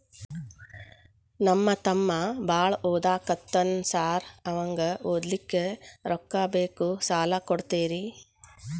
ನಮ್ಮ ತಮ್ಮ ಬಾಳ ಓದಾಕತ್ತನ ಸಾರ್ ಅವಂಗ ಓದ್ಲಿಕ್ಕೆ ರೊಕ್ಕ ಬೇಕು ಸಾಲ ಕೊಡ್ತೇರಿ?